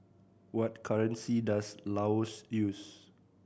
what currency does Laos use